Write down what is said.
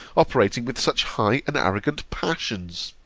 operating with such high and arrogant passions?